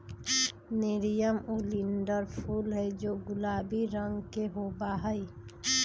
nerium oleander फूल हैं जो गुलाबी रंग के होबा हई